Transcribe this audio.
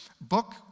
book